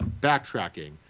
backtracking